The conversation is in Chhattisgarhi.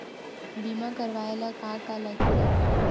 बीमा करवाय ला का का लगथे?